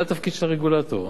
זה התפקיד של הרגולטור.